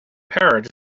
parrot